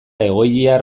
egoiliar